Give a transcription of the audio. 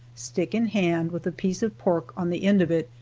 stick in hand with a piece of pork on the end of it,